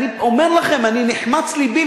אני אומר לכם, נחמץ לבי.